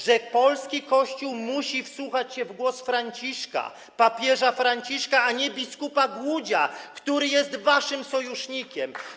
że polski Kościół musi wsłuchać się w głos Franciszka, papieża Franciszka, a nie biskupa Głódzia, który jest waszym sojusznikiem.